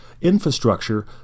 infrastructure